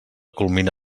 culmina